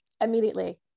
immediately